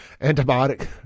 antibiotic